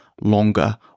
longer